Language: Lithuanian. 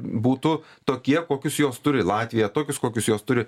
būtų tokie kokius jos turi latvija tokius kokius jos turi